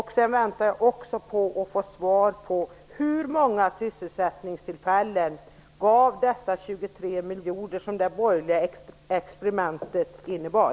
Jag väntar också på svaret på min fråga: Hur många sysselsättningstillfällen gav de 23 miljoner som det borgerliga experimentet innebar?